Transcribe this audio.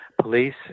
police